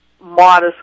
modest